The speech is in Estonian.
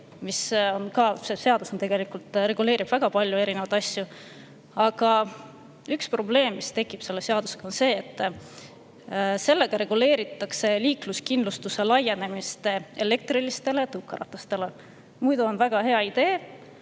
teha. See seadus reguleerib tegelikult väga palju erinevaid asju. Aga üks probleem, mis tekib selle seadusega, on see, et sellega reguleeritakse liikluskindlustuse laienemist elektrilistele tõukeratastele. Muidu on see väga hea idee,